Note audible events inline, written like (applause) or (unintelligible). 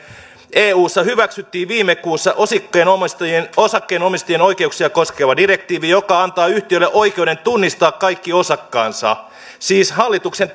eussa hyväksyttiin viime kuussa osakkeenomistajien osakkeenomistajien oikeuksia koskeva direktiivi joka antaa yhtiöille oikeuden tunnistaa kaikki osakkaansa siis hallituksen (unintelligible)